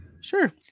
Sure